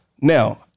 now